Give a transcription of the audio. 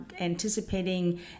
anticipating